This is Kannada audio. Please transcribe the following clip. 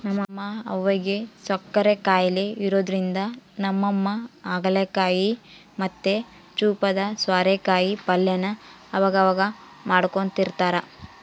ನಮ್ ಅವ್ವುಗ್ ಸಕ್ಕರೆ ಖಾಯಿಲೆ ಇರೋದ್ರಿಂದ ನಮ್ಮಮ್ಮ ಹಾಗಲಕಾಯಿ ಮತ್ತೆ ಚೂಪಾದ ಸ್ವಾರೆಕಾಯಿ ಪಲ್ಯನ ಅವಗವಾಗ ಮಾಡ್ಕೊಡ್ತಿರ್ತಾರ